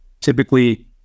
typically